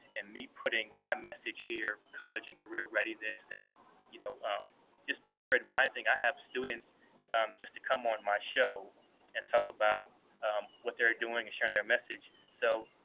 and me putting my message here, college and career readiness and you know um just peer advising, i have students just to come on my show and talk about what they're doing and share their message. so,